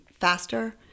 faster